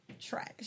trash